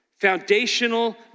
Foundational